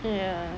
ya